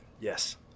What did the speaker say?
yes